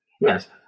Yes